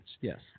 Yes